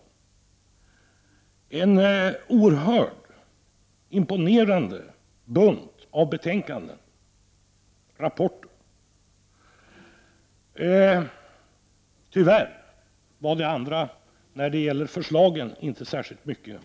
Man presenterade en imponerande bunt betänkanden och rapporter, men tyvärr hade man inte särskilt mycket att komma med när det gällde förslag.